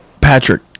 Patrick